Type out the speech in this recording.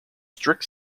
strict